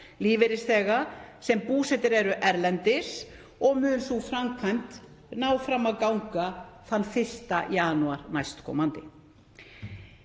lífeyrisþega sem búsettir eru erlendis og mun sú framkvæmd ná fram að ganga 1. janúar næstkomandi.